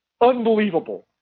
Unbelievable